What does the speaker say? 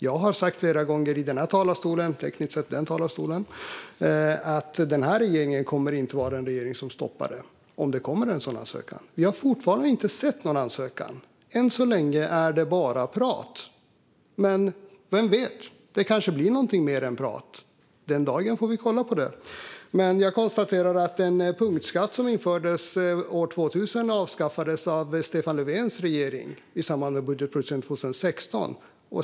Jag har sagt flera gånger här i talarstolen att den här regeringen inte kommer att sätta stopp om det kommer en sådan ansökan. Men jag har fortfarande inte sett någon ansökan. Än så länge är det bara prat. Men vem vet, det kanske blir något mer än prat. Den dagen får vi kolla på det. Men jag konstaterar att den punktskatt som infördes år 2000 avskaffades av Stefan Löfvens regering i samband med budgeten 2016.